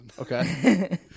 Okay